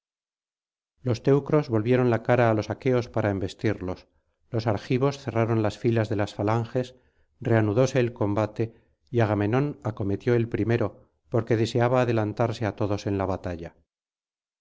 los teucros volvieron la cara álos aqueos para embestirlos los argivos cerraron las filas de las falanges reanudóse el combate y agamenón acometió el primero porque deseaba adelantarse á todos en la batalla